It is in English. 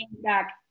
back